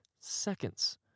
seconds